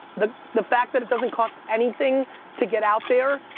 the the fact that it doesn't cost anything to get out there,